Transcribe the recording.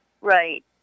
Right